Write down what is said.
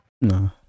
No